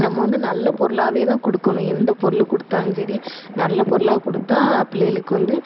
நம்ம வந்து நல்ல பொருளாக தான் கொடுக்கணும் எந்த பொருள் கொடுத்தாலும் சரி நல்ல பொருளாக கொடுத்தா புள்ளைகளுக்கு வந்து